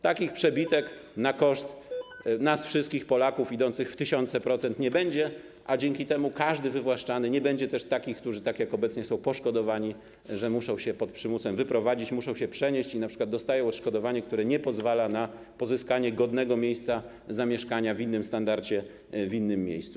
Takich przebitek na koszt nas wszystkich, Polaków, idących w tysiące procent nie będzie, a dzięki temu nie będzie też takich, którzy tak jak obecnie są poszkodowani, że muszą się wyprowadzić pod przymusem, muszą się przenieść i np. dostają odszkodowanie, które nie pozwala na pozyskanie godnego miejsca zamieszkania w innym standardzie, w innym miejscu.